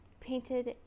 painted